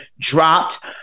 Dropped